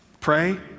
pray